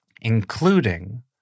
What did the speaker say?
including